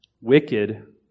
wicked